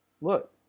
look